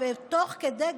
ותוך כדי,